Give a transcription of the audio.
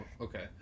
okay